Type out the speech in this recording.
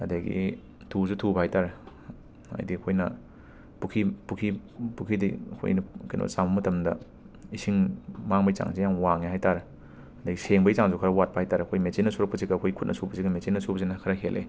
ꯑꯗꯒꯤ ꯊꯨꯁꯨ ꯊꯨꯕ ꯍꯥꯏꯇꯥꯔꯦ ꯍꯥꯏꯗꯤ ꯑꯩꯈꯣꯏꯅ ꯄꯨꯈꯤ ꯄꯨꯈꯤ ꯄꯨꯈꯤꯗꯒꯤ ꯑꯩꯈꯣꯏꯅ ꯀꯦꯅꯣ ꯆꯥꯝꯕ ꯃꯇꯝꯗ ꯏꯁꯤꯡ ꯃꯥꯡꯕꯒꯤ ꯆꯥꯡꯁꯦ ꯌꯥꯝꯅ ꯃꯥꯡꯉꯦ ꯍꯥꯏꯇꯥꯔꯦ ꯑꯗꯒꯤ ꯁꯦꯡꯕꯒꯤ ꯆꯥꯡꯁꯨ ꯈꯔ ꯋꯥꯠꯄ ꯍꯥꯏꯇꯥꯔꯦ ꯑꯩꯈꯣꯏ ꯃꯦꯆꯤꯟꯅ ꯁꯨꯔꯛꯄꯁꯤꯒ ꯑꯩꯈꯣꯏ ꯈꯨꯠꯅ ꯁꯨꯕꯁꯤꯒ ꯃꯦꯆꯤꯟꯅ ꯁꯨꯕꯁꯤꯅ ꯈꯔ ꯍꯦꯜꯂꯦ